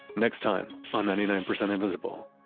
next time on ninety nine percent invisible,